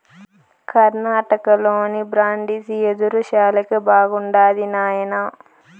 కర్ణాటకలోని బ్రాండిసి యెదురు శాలకి బాగుండాది నాయనా